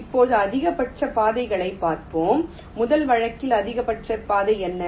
இப்போது அதிகபட்ச பாதைகளைப் பார்ப்போம் முதல் வழக்கில் அதிகபட்ச பாதை என்ன